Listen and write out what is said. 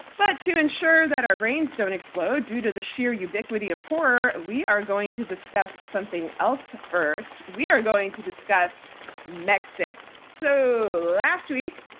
but to ensure that our brains don't explode due to the sheer ubiquity of horror, we are going to discuss something else first. we are going to discuss megxit. so last week,